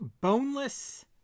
boneless